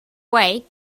way